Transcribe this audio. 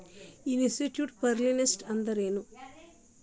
Institutional investors ಅಂದ್ರೇನು?